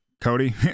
cody